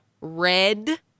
Red